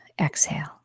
exhale